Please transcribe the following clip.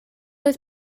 oedd